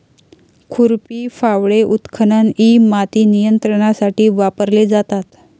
खुरपी, फावडे, उत्खनन इ माती नियंत्रणासाठी वापरले जातात